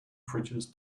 fridges